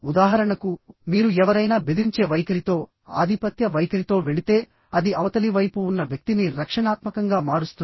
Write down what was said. ఉదాహరణకు మీరు ఎవరైనా బెదిరించే వైఖరితో ఆధిపత్య వైఖరితో వెళితే అది అవతలి వైపు ఉన్న వ్యక్తిని రక్షణాత్మకంగా మారుస్తుంది